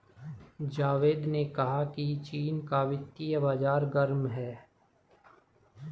जावेद ने कहा कि चीन का वित्तीय बाजार गर्म है